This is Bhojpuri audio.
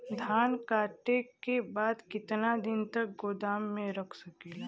धान कांटेके बाद कितना दिन तक गोदाम में रख सकीला?